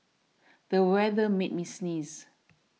the weather made me sneeze